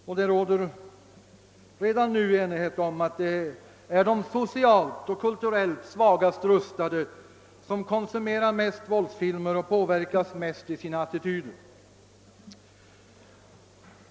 Och det råder redan nu enighet om att det är de socialt och kulturellt svagast rustade som konsumerar mest våldsfilmer och påverkas mest i sina attityder.